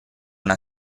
una